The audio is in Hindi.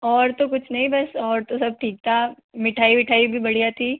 और तो कुछ नहीं बस और तो सब ठीक था मिठाई विठाई भी बढ़िया थी